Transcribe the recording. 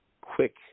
quick